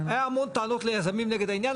היו המון טעות ליזמים נגד העניין,